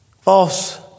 False